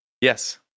Yes